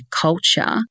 culture